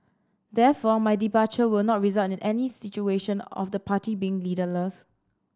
therefore my departure will not result in any situation of the party being leaderless